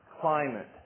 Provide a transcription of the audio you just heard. Climate